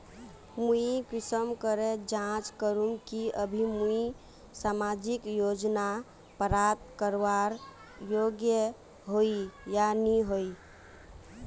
मुई कुंसम करे जाँच करूम की अभी मुई सामाजिक योजना प्राप्त करवार योग्य होई या नी होई?